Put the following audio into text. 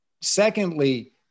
Secondly